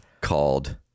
called